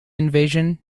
invasion